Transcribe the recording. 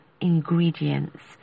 ingredients